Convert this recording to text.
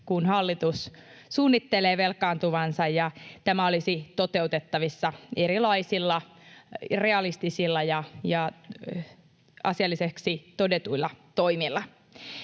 kuin hallitus suunnittelee velkaantuvansa ja tämä olisi toteutettavissa erilaisilla realistisilla ja asiallisiksi todetuilla toimilla.